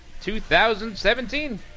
2017